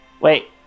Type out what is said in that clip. Wait